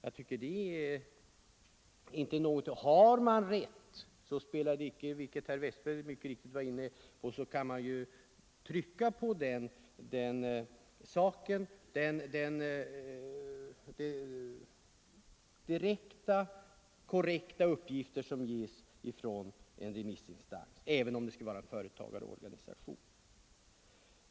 Om det lämnas korrekta uppgifter så spelar det inte någon roll — herr Westberg i Ljusdal var också inne på den saken — om det är en företagarorganisation som lämnat uppgifterna.